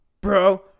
bro